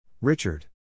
Richard